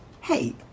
Hey